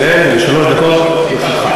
לרשותך.